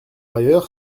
ailleurs